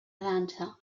dansa